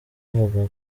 avuga